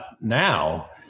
now